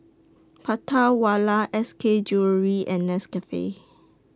Prata Wala S K Jewellery and Nescafe